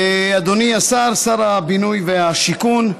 אדוני השר, שר הבינוי והשיכון,